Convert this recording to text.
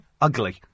Ugly